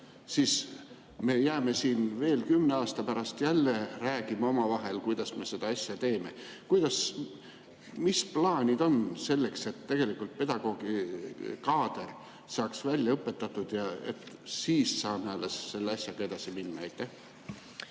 siis me siin veel kümne aasta pärast räägime omavahel, kuidas me seda asja teeme. Mis plaanid on selleks, et tegelikult pedagoogide kaader saaks välja õpetatud? Alles siis saab selle asjaga edasi minna. Aitäh!